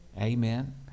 Amen